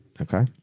okay